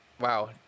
Wow